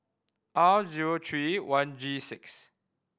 R zero three one G six